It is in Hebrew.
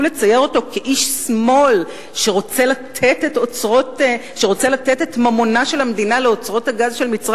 לצייר אותו כאיש שמאל שרוצה לתת את ממונה של המדינה למצרים,